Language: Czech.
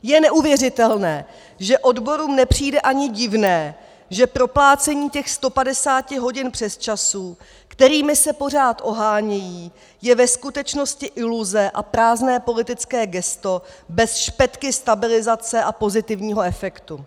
Je neuvěřitelné, že odborům nepřijde ani divné, že proplácení těch 150 hodin přesčasů, kterými se pořád ohánějí, je ve skutečnosti iluze a prázdné politické gesto bez špetky stabilizace a pozitivního efektu.